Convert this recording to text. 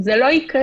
זה לא יקרה.